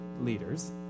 leaders